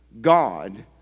God